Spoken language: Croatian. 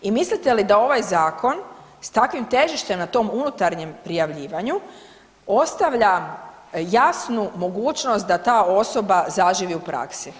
I mislite li da ovaj zakon s takvim težištem na tom unutarnjem prijavljivanju ostavlja jasnu mogućnost da ta osoba zaživi u praksi?